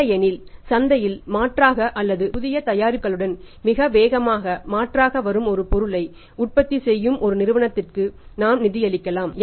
இல்லையெனில் சந்தையில் மாற்றாக அல்லது புதிய தயாரிப்புகளுடன் மிக வேகமாக மாற்றாக வரும் ஒரு பொருளை உற்பத்தி செய்யும் ஒரு நிறுவனத்திற்கு நாம் நிதியளித்திருக்கலாம்